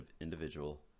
individual